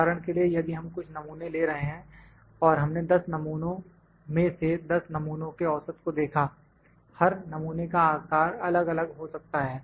उदाहरण के लिए यदि हम कुछ नमूने ले रहे हैं और हमने 10 नमूनों में से 10 नमूनों के औसत को देखा हर नमूने का आकार अलग अलग हो सकता है